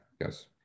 yes